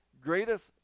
greatest